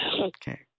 Okay